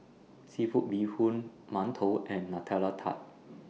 Seafood Bee Hoon mantou and Nutella Tart